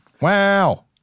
Wow